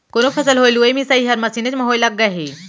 कोनो फसल होय लुवई मिसई हर मसीनेच म होय लग गय हे